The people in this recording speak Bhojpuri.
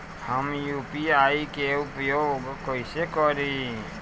हम यू.पी.आई के उपयोग कइसे करी?